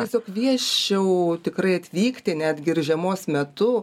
tiesiog kviesčiau tikrai atvykti netgi ir žiemos metu